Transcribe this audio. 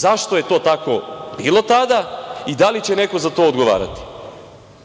zašto je to tako bilo tada i da li će neko za to odgovarati? Često